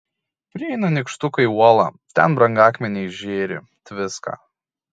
prieina nykštukai uolą ten brangakmeniai žėri tviska